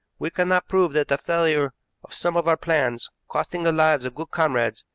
we cannot prove that the failure of some of our plans, costing the lives of good comrades,